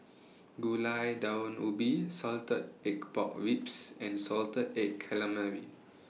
Gulai Daun Ubi Salted Egg Pork Ribs and Salted Egg Calamari